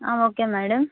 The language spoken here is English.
okay madam